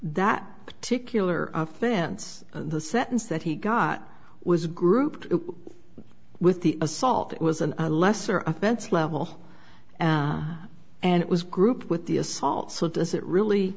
that particular offense the sentence that he got was grouped with the assault it was a lesser offense level and it was grouped with the assault so does it really